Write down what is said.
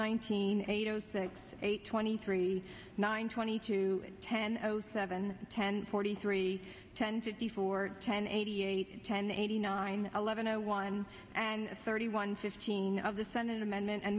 hundred eighty six eight twenty three nine twenty two ten zero seven ten forty three ten fifty four ten eighty eight ten eighty nine eleven zero one and thirty one fifteen of the senate amendment and